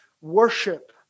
worship